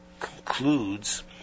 concludes